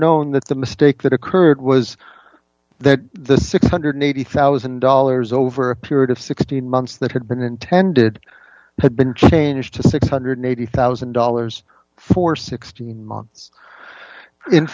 known that the mistake that occurred was that the six hundred and eighty thousand dollars over a period of sixteen months that had been intended had been changed to six hundred and eighty thousand dollars for sixteen months in